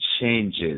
changes